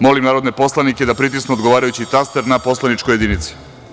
Molim narodne poslanike da pritisnu odgovarajući taster na poslaničkoj jedinici.